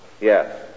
Yes